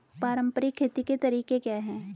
पारंपरिक खेती के तरीके क्या हैं?